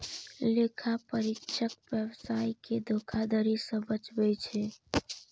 लेखा परीक्षक व्यवसाय कें धोखाधड़ी सं बचबै छै